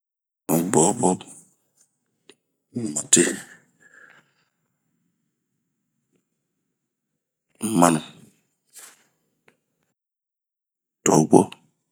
boboo, namati ,manu ,tobwo